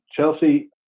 Chelsea